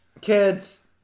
Kids